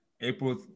April